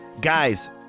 Guys